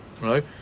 Right